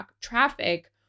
traffic